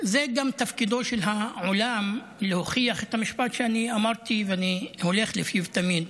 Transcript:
זה גם תפקידו של העולם להוכיח את המשפט שאמרתי ואני הולך לפיו תמיד,